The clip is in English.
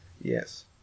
Yes